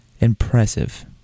impressive